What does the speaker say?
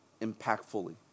impactfully